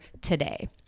today